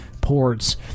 ports